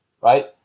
Right